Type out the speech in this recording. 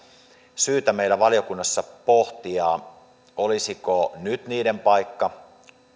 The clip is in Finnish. syytä meillä valiokunnassa pohtia että olisiko nyt niiden paikka